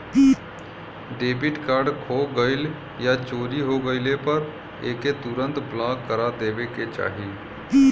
debit card खो गइल या चोरी हो गइले पर एके तुरंत ब्लॉक करा देवे के चाही